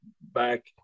back